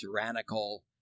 tyrannical